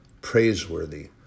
praiseworthy